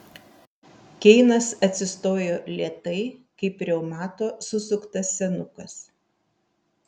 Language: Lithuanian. keinas atsistojo lėtai kaip reumato susuktas senukas